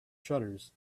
shutters